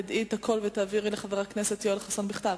כאשר תדעי הכול תעבירי לחבר הכנסת חסון בכתב?